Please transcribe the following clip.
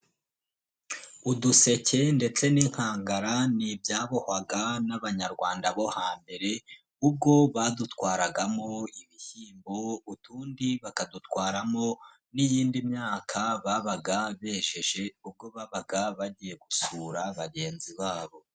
Uduseke ndetse n'inkangara ni ibyabohwaga n'abanyarwanda bo hambere, ubwo badutwaragamo ibishyimbo, utundi bakadutwaramo n'iyindi myaka babaga bejeje ubwo babaga bagiye gusura bagenzi babo.